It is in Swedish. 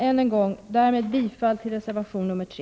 Därmed yrkar jag bifall till reservation nr 3.